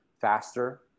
faster